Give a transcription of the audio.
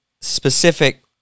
Specific